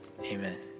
amen